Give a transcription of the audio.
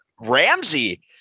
Ramsey